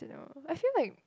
don't know I feel like